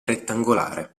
rettangolare